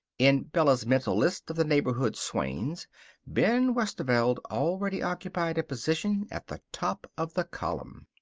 in bella's mental list of the neighborhood swains ben westerveld already occupied a position at the top of the column.